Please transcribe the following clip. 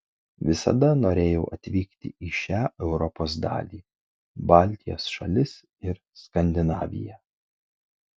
visada norėjau atvykti į šią europos dalį baltijos šalis ir skandinaviją